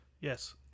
Yes